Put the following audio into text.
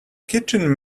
kitchen